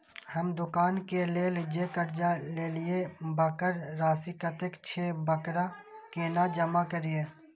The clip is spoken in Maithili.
हम दुकान के लेल जे कर्जा लेलिए वकर राशि कतेक छे वकरा केना जमा करिए?